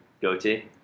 Goatee